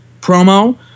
promo